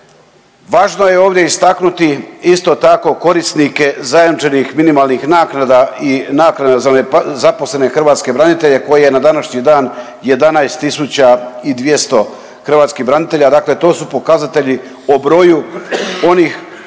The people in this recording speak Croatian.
važno je ovdje istaknuti isto tako korisnike zajamčenih minimalnih naknada i naknada za nezaposlene hrvatske branitelje koje na današnji dan 11 tisuća i 200 hrvatskih branitelja, dakle to su pokazatelji o broju onih o kojima